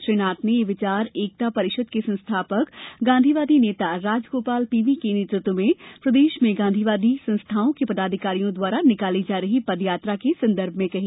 श्री नाथ ने यह विचार एकता परिषद के संस्थापक गांधीवादी नेता राजगोपाल पीवी के नेतत्व में प्रदेश में गांधीवादी संस्थाओं के पदाधिकारियों द्वारा निकाली जा रही पदयात्रा के संदर्भ में कही